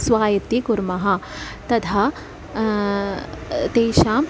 स्वायत्तं कुर्मः तथा तेषां